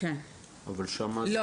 לא.